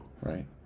right